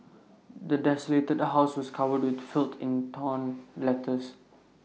the desolated house was covered in filth and torn letters